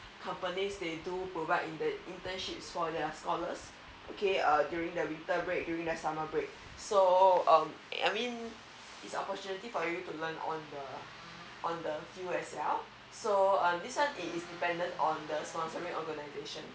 companies they do provide internships for their scholars okay uh during their winter break during their summer break so um I mean it's opportunity for you to learn on the on the on the so um this one it is dependent on your sponsoring organization